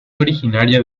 originaria